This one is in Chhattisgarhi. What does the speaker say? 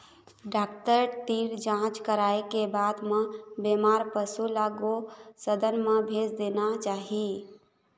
डॉक्टर तीर जांच कराए के बाद म बेमार पशु ल गो सदन म भेज देना चाही